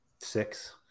six